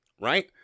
Right